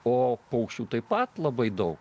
o paukščių taip pat labai daug